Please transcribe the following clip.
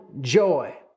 joy